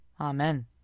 Amen